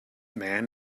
man